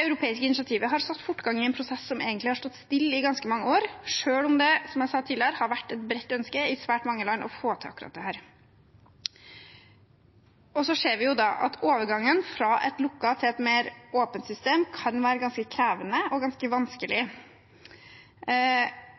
europeiske initiativet har satt fortgang i en prosess som egentlig har stått stille i ganske mange år, selv om det, som jeg sa tidligere, har vært et bredt ønske i svært mange land å få til akkurat dette. Vi ser jo at overgangen fra et lukket til et mer åpent system kan være ganske krevende og ganske vanskelig.